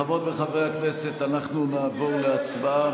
חברות וחברי הכנסת, אנחנו נעבור להצבעה.